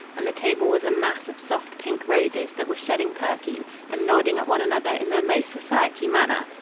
and the table was a mass of soft pink roses that were shedding perfume and nodding at one another in their most society manner.